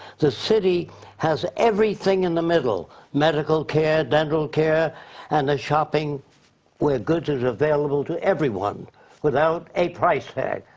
the city has everything in the middle. medical care, dental care and a shopping where goods are available to everyone without a price tag.